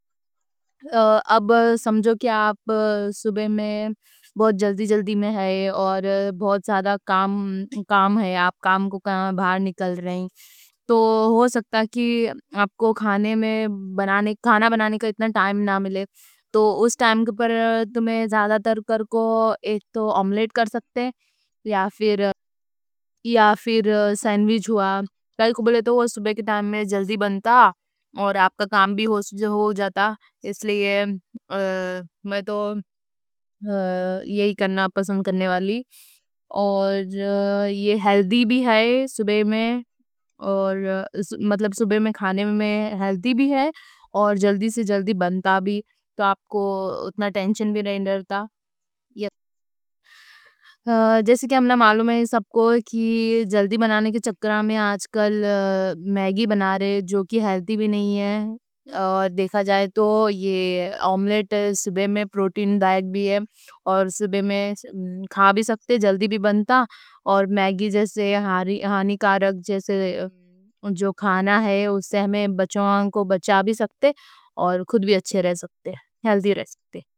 اب سمجھو کہ آپ صبح میں بہت جلدی جلدی میں ہے اور بہت سارا کام ہے آپ کام کو باہر نکل رہے ہیں تو ہو سکتا کہ آپ کو کھانے میں کھانا بنانے کا اتنا ٹائم نہ ملے تو اس ٹائم پر تمہیں زیادہ تر ایک تو آملیٹ کر سکتے یا پھر یا پھر سینڈوچ، بولے تو وہ صبح کے ٹائم میں جلدی بنتا اور آپ کا کام بھی ہو جاتا اس لیے میں تو یہی کرنا پسند کرنے والی اور یہ ہیلتھی بھی ہے صبح میں، اور مطلب صبح میں کھانے میں ہیلتھی بھی ہے اور جلدی سے جلدی بنتا بھی تو آپ کو اتنا ٹینشن بھی نہیں رہتا جیسے کہ ہمنا معلوم ہے سب کو کہ جلدی بنانے کے چکر میں آج کل میگی بنا رہے جو کی ہیلتھی بھی نہیں ہے اور دیکھا جائے تو یہ آملیٹ صبح میں پروٹین ڈائٹ بھی ہے صبح میں کھا بھی سکتے جلدی بھی بنتا اور میگی جیسے ہانیکارک جیسے جو کھانا ہے اس سے ہمیں بچوں کو بچا بھی سکتے اور خود بھی اچھے رہ سکتے ہیلتھی رہ سکتے